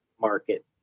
market